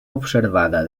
observada